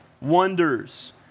wonders